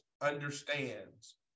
understands